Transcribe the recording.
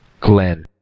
Glenn